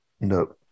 No